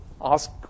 ask